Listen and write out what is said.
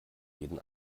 jeden